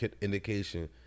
indication